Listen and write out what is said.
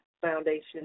foundation